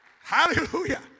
Hallelujah